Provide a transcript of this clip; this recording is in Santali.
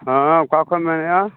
ᱦᱮᱸ ᱚᱠᱟ ᱠᱷᱚᱱᱮᱢ ᱢᱮᱱᱮᱫᱼᱟ